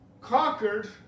conquered